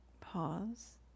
pause